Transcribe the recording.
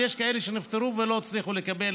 ויש כאלה שנפטרו ולא הצליחו לקבל